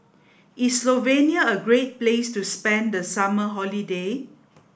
is Slovenia a great place to spend the summer holiday